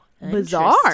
Bizarre